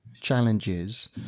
challenges